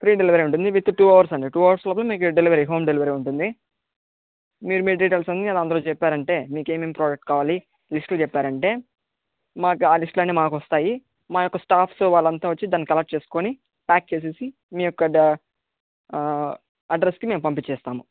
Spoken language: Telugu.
ఫ్రీ డెలివరీ ఉంటుంది విత్ టూ అవర్స్ అండి టూ అవర్స్ లోపల మీకు డెలివరీ హోమ్ డెలివరీ ఉంటుంది మీరు మీ డీటెయిల్స్ అన్ని అందులో చెప్పారంటే మీకు ఏమేమి ప్రొడక్ట్స్ కావాలి లిస్ట్లు ప్పారంటే మాకు ఆ లిస్ట్లు అన్నీ మాకు వస్తాయి మా యొక్క స్టాఫ్స్ వాళ్లంతా వచ్చి దాన్ని కలెక్ట్ చేసుకొని ప్యాక్ చేసేసి మీ యొక్క అడ్రస్కి మేము పంపించేస్తాము